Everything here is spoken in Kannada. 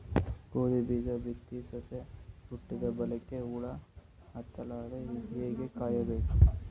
ಗೋಧಿ ಬೀಜ ಬಿತ್ತಿ ಸಸಿ ಹುಟ್ಟಿದ ಬಲಿಕ ಹುಳ ಹತ್ತಲಾರದಂಗ ಹೇಂಗ ಕಾಯಬೇಕು?